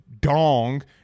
dong